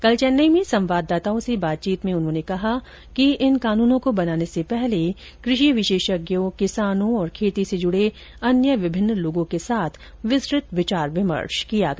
कल चेन्नई में संवाददाताओं से बातचीत में उन्होंने कहा कि इन कानूनों को बनाने से पहले कृषि विशेषज्ञों किसानों और खेती से जुडे अन्य विभिन्न लोगों के साथ विस्तृत विचार विमर्श किया गया